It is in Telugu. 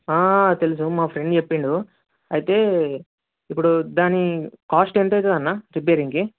తెలుసు మా ఫ్రెండు చెప్పాడు అయితే ఇప్పుడు దాని కాస్ట్ ఎంత అవుతుంది అన్న రిపేరింగ్కి